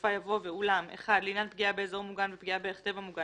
בסופה יבוא "ואולם (1) לעניין פגיעה באזור מוגן ופגיעה בערך טבע מוגן